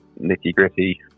nitty-gritty